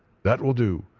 that will do.